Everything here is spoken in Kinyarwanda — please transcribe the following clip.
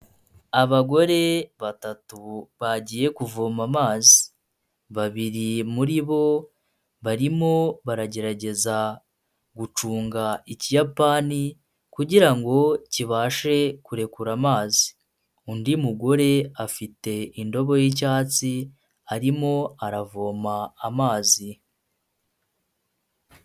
Abagore batatu bagiye kuvoma amazi. Babiri muri bo barimo baragerageza gucunga ikiyapani, kugira ngo kibashe kurekura amazi. Undi mugore afite indobo y'icyatsi, arimo aravoma amazi.